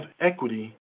equity